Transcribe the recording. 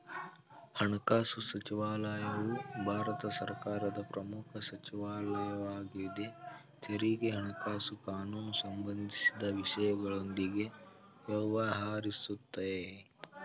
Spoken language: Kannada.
ಹಣಕಾಸು ಸಚಿವಾಲಯವು ಭಾರತ ಸರ್ಕಾರದ ಪ್ರಮುಖ ಸಚಿವಾಲಯವಾಗಿದೆ ತೆರಿಗೆ ಹಣಕಾಸು ಕಾನೂನು ಸಂಬಂಧಿಸಿದ ವಿಷಯಗಳೊಂದಿಗೆ ವ್ಯವಹರಿಸುತ್ತೆ